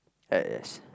yes